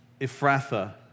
Ephrathah